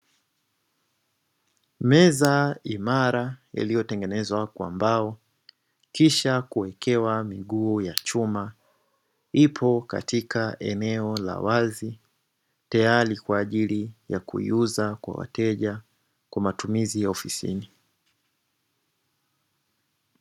Meza imara iliyotengenezwa kwa mbao kisha kuwekewa miguu ya chuma, ipo katika eneo la wazi tayari kwa ajili ya kuiuza kwa wateja kwa matumizi ya ofisini.